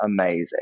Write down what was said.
amazing